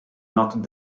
not